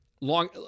long